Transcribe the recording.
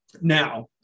now